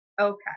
Okay